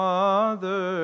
Father